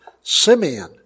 Simeon